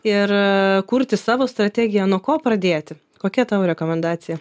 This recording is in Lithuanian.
ir kurti savo strategiją nuo ko pradėti kokia tavo rekomendacija